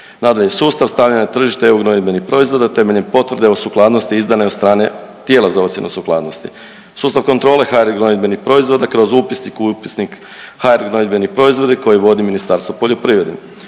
Nadalje, sustav stavljanja na tržište EU gnojidbenih proizvoda temeljem potvrde o sukladnosti izdane od strane tijela za ocjenu sukladnosti. Sustav kontrole HR gnojidbenih proizvoda kroz upisnik u Upisnik HR gnojidbeni proizvodi koje vodi Ministarstvo poljoprivrede.